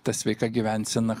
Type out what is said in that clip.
ta sveika gyvensena